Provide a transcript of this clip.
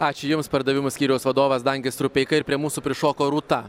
ačiū jums pardavimų skyriaus vadovas dangis rupeika ir prie mūsų prišoko rūta